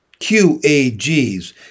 QAGs